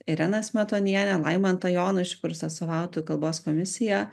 ireną smetonienę laimantą jonušį kuris atstovautų kalbos komisiją